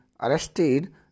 arrested